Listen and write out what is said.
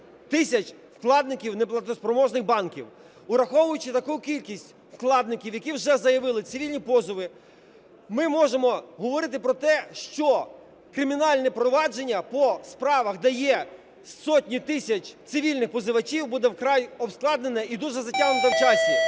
тисяч вкладників неплатоспроможних банків. Враховуючи таку кількість вкладників, які вже заявили цивільні позови, ми можемо говорити про те, що кримінальне провадження по справах, де є сотні тисяч цивільних позивачів, буде вкрай ускладнене і дуже затягнуте в часі.